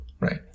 right